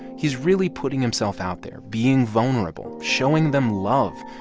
he's really putting himself out there, being vulnerable, showing them love,